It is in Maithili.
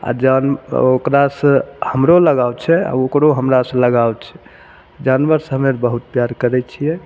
आ जान ओकरा सऽ हमरो लगाउ छै आ ओकरो हमरा सऽ लगाउ छै जानवर से हमे बहुत प्यार करै छियै